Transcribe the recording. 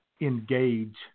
engage